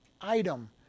item